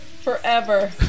Forever